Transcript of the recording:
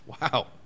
Wow